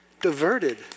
Diverted